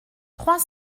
trois